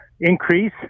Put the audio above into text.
increase